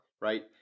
right